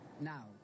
Now